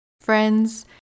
friends